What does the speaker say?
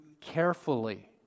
carefully